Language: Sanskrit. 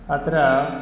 अत्र